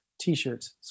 T-shirts